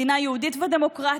מדינה יהודית ודמוקרטית,